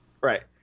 Right